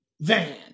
Van